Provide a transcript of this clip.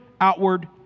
outward